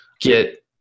get